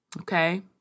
okay